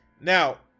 now